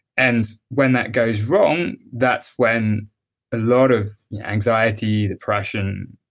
and when that goes wrong that's when a lot of anxiety, depression,